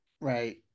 right